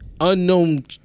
unknown